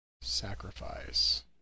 Sacrifice